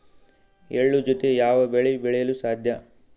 ಎಳ್ಳು ಜೂತೆ ಯಾವ ಬೆಳೆ ಬೆಳೆಯಲು ಸಾಧ್ಯ?